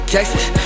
Texas